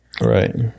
right